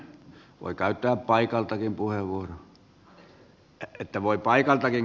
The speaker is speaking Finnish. voi käyttää paikaltakin puheenvuoron